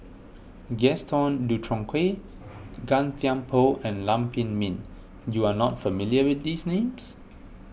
Gaston Dutronquoy Gan Thiam Poh and Lam Pin Min you are not familiar with these names